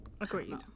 Agreed